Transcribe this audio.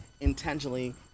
intentionally